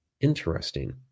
Interesting